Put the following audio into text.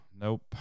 nope